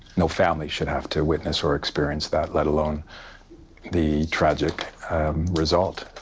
no family should have to witness or experience that let alone the tragic result.